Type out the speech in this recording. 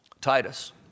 Titus